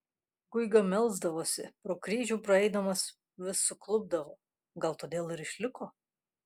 guiga melsdavosi pro kryžių praeidamas vis suklupdavo gal todėl ir išliko